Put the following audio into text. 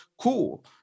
Cool